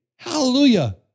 Hallelujah